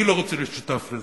אני לא רוצה להיות שותף לזה.